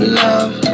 love